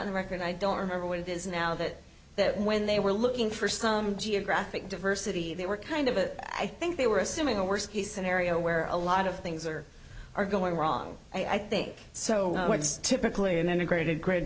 of that record i don't remember what it is now that that when they were looking for some geographic diversity they were kind of a i think they were assuming a worst case scenario where a lot of things are are going wrong i think so what's typically an integrated gr